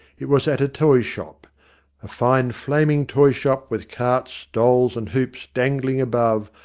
it was at a toy shop a fine, flaming toy-shop, with carts, dolls, and hoops dangling above,